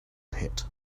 pit